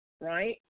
right